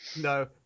No